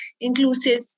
inclusive